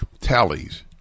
tallies